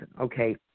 okay –